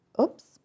oops